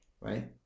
right